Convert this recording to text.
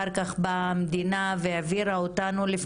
לקחו אותנו מכביש 40 קדימה,